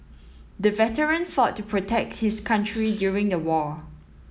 the veteran fought to protect his country during the war